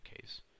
case